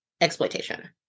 exploitation